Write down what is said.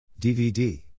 DVD